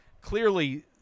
clearly